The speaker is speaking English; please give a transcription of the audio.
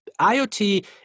IoT